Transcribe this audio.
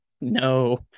No